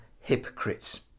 hypocrites